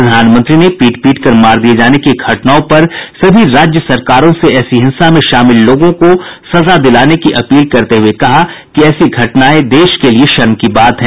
प्रधानमंत्री ने पीट पीटकर मार दिये जाने की घटनाओं पर सभी राज्य सरकारों से ऐसी हिंसा में शामिल लोगों को सजा दिलाने की अपील करते हुये कहा कि ऐसी घटनाएं देश के लिये शर्म की बात हैं